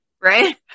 right